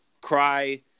Cry